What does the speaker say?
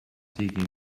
sigui